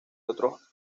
otros